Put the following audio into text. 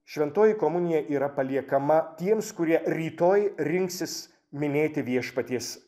šventoji komunija yra paliekama tiems kurie rytoj rinksis minėti viešpaties